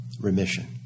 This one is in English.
remission